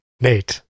nate